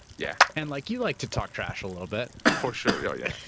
yeah. and like you like to talk trash a little bit. for sure, yeah oh yeah.